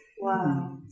Wow